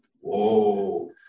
Whoa